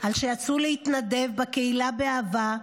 על שיצאו להתנדב בקהילה באהבה,